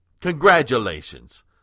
Congratulations